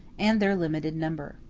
and their limited number.